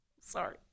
Sorry